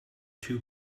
two